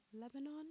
Lebanon